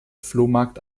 flohmarkt